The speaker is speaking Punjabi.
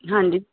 ਹਾਂਜੀ